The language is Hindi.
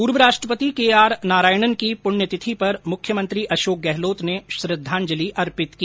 पूर्व राष्ट्रपति के आर नारायणन की पुण्यतिथि पर मुख्यमंत्री अशोक गहलोत ने श्रद्धांजलि अर्पित की